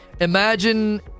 imagine